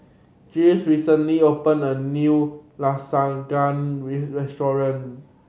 recently opened a new Lasagne restaurant